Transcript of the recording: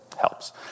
helps